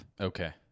Okay